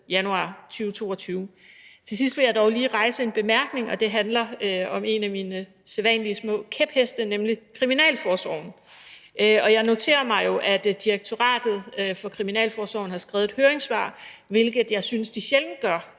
januar 2022. Til sidst har jeg dog lige en bemærkning, og det handler om en af mine sædvanlige små kæpheste, nemlig kriminalforsorgen. Jeg noterer mig jo, at Direktoratet for Kriminalforsorgen har skrevet et høringssvar, hvilket jeg synes de sjældent gør